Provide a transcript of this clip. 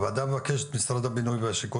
הוועדה מבקשת ממשרד הבינוי והשיכון